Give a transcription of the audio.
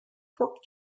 pork